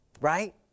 Right